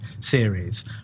series